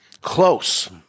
Close